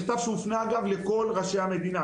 זה מכתב שהופנה לכל ראשי המדינה,